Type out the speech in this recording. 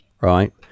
right